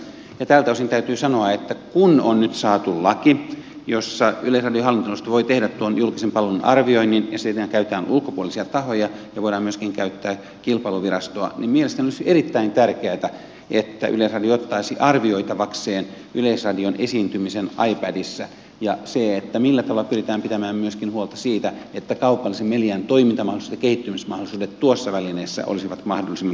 tältä osin täytyy sanoa että kun on nyt saatu laki jossa yleisradion hallintoneuvosto voi tehdä tuon julkisen palvelun arvioinnin ja siinähän käytetään ulkopuolisia tahoja ja voidaan myöskin käyttää kilpailuvirastoa niin mielestäni olisi erittäin tärkeätä että yleisradio ottaisi arvioitavakseen yleisradion esiintymisen ipadissa ja sen millä tavalla pyritään pitämään myöskin huolta siitä että kaupallisen median toimintamahdollisuudet ja kehittymismahdollisuudet tuossa välineessä olisivat mahdollisimman tarkoituksenmukaisia ja hyviä